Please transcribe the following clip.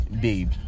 Babe